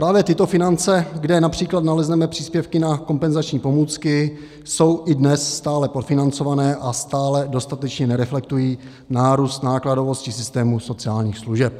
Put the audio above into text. Právě tyto finance, kde např. nalezneme příspěvky na kompenzační pomůcky, jsou i dnes stále podfinancované a stále dostatečně nereflektují nárůst nákladovosti systému sociálních služeb.